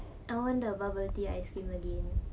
I want the bubble tea ice cream again